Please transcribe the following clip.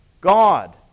God